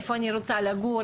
איפה אני רוצה לגור,